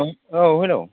औ हेल्ल'